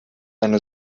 eine